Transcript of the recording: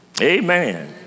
Amen